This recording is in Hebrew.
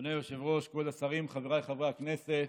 אדוני היושב-ראש, כבוד השרים, חבריי חברי הכנסת,